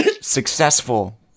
Successful